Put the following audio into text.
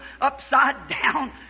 upside-down